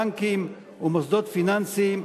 בנקים ומוסדות פיננסיים,